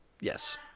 yes